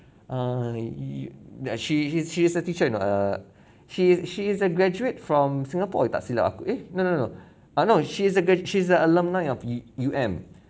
eh err you she she's a teacher in a she is she is a graduate from singapore eh tak silap aku eh no no no err no she's a gra~ she's a alumni of U~ U_M